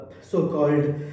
so-called